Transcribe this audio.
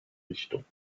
richtung